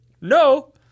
No